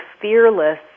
fearless